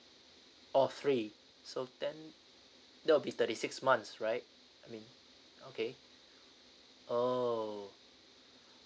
oh three so ten there'll be thirty six months right I mean okay oh